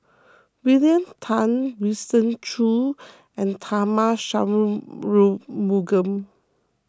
William Tan Winston Choos and Tharman